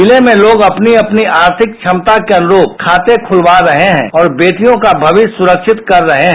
जिले में लोग अपनी अपनी आर्थिक क्षमता के अनुरुप खाते खुलवा रहे हैं और बेटियों का भविष्य सुरक्षित कर रहे हैं